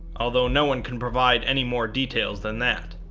although no one can provide any more details than that.